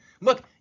Look